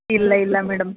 ಇಲ್ಲ ಇಲ್ಲ ಮೇಡಮ್